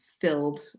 filled